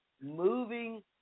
moving